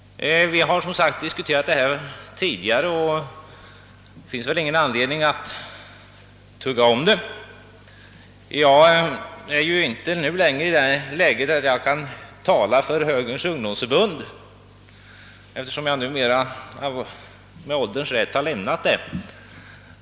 Vi har som sagt diskuterat frågan tidigare, och det finns väl ingen anledning att tugga om argumenten. Jag är ju inte längre i det läget att jag kan tala för Högerns ungdomsförbund, eftersom jag numera — med ålderns rätt — har lämnat förbundet.